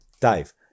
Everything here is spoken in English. Dave